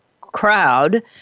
crowd